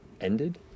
ended